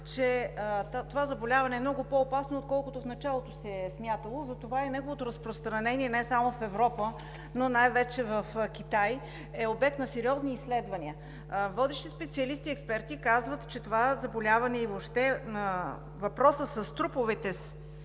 че това заболяване е много по опасно, отколкото в началото се е смятало. Затова и неговото разпространение не само в Европа, но най-вече в Китай, е обект на сериозни изследвания. Водещи специалисти и експерти казват, че това заболяване и въобще въпросът с труповете